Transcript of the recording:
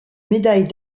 médaille